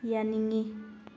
ꯌꯥꯅꯤꯡꯉꯤ